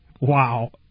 Wow